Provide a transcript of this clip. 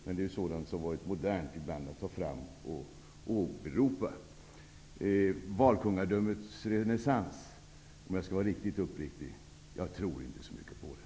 Det är sådant som har varit modernt att åberopa. Valkungadömets renässans tror jag inte så mycket på, om jag skall vara riktigt uppriktig.